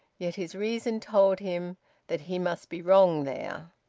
yet his reason told him that he must be wrong there.